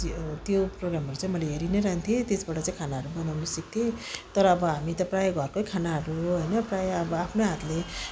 त्यो प्रोग्रामहरू चाहिँ मैले हेरि नै रहन्थेँ त्यसबाट चाहिँ खानाहरू बनाउनु सिक्थेँ तर अब हामी त प्रायः घरकै खानाहरू होइन प्रायः अब आफ्नै हातले